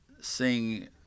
sing